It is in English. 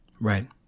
Right